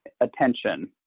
attention